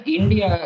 India